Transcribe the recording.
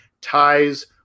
ties